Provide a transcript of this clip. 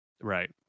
right